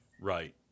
Right